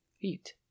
feet